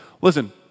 Listen